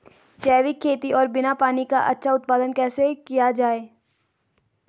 जैविक खेती और बिना पानी का अच्छा उत्पादन कैसे किया जाए?